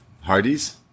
Hardy's